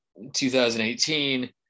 2018